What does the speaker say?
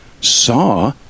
saw